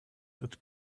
that